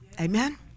amen